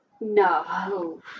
No